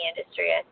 industry